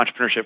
entrepreneurship